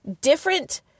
Different